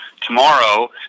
tomorrow